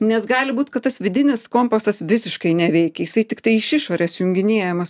nes gali būt kad tas vidinis kompasas visiškai neveikia jisai tiktai iš išorės junginėjamas